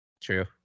True